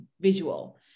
visual